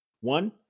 One